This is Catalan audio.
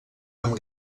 amb